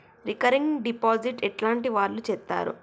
Recurring deposit ఎట్లాంటి వాళ్లు చేత్తరు?